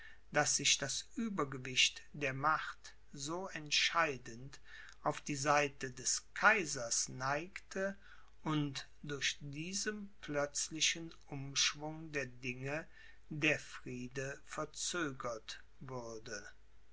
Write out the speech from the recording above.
daß sich das uebergewicht der macht so entscheidend auf die seite des kaisers neigte und durch diesem plötzlichen umschwung der dinge der friede verzögert würde